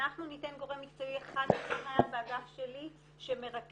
אנחנו ניתן גורם מקצועי אחד באגף שלי שמרכז,